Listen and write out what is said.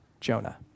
Jonah